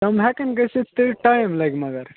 تِم ہیٚکَن گٔژھِتھ تہٕ ٹایِم لَگہِ مگر